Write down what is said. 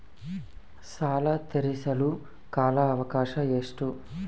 ಸಾಲ ತೇರಿಸಲು ಕಾಲ ಅವಕಾಶ ಎಷ್ಟು?